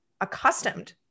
accustomed